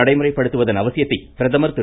நடைமுறைப்படுத்துவதன் அவசியத்தை பிரதமர் திரு